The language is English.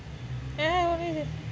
ya